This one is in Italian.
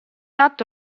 atto